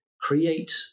create